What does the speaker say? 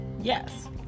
Yes